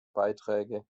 beiträge